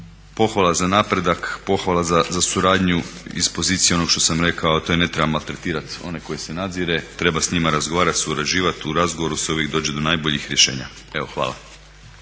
pohvala za napredak, pohvala za suradnju iz pozicije onog što sam rekao, a to je ne treba maltretirat one koje se nadzire, treba s njima razgovarat, surađivat. U razgovoru se uvijek dođe do najboljih rješenja. Hvala.